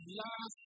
last